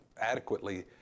adequately